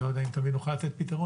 אני לא יודע אם תמיד נוכל לתת פתרון,